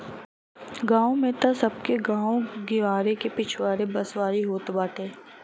गांव में तअ सबके गांव गिरांव के पिछवारे बसवारी होत बाटे